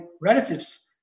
relatives